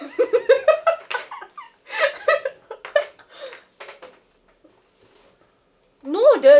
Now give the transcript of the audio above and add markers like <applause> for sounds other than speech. <laughs> no the